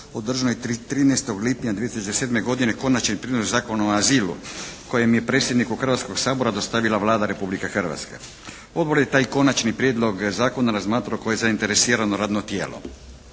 održanoj 13. lipnja 2007. godine Konačni prijedlog Zakona o azilu koji je predsjedniku Hrvatskog sabora dostavila Vlada Republike Hrvatske. Odbor je taj Konačni prijedlog Zakona razmatrao kao zainteresirano radno tijelo.